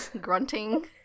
grunting